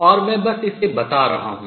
और मैं बस इसे बता रहा हूँ